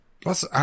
plus